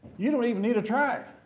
you don't even need a track!